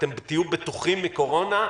אתם תהיו בטוחים מקורונה,